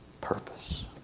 purpose